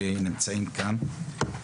שנמצאים כאן.